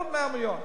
עוד 100 מיליון.